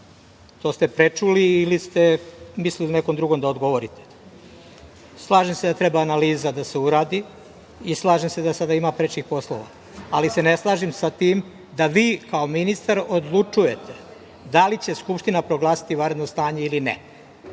To ste prečuli, ili ste mislili nekom drugom da odgovorite. Slažem se da treba analiza da se uradi i slažem se da sada ima prečih poslova, ali se ne slažem sa tim da vi kao ministar odlučujete da li će Skupština proglasiti vanredno stanje ili ne